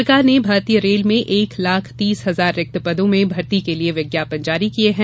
सरकार ने भारतीय रेल में एक लाख तीस हजार रिक्त पदों में भर्ती के लिए विज्ञापन जारी किये हैं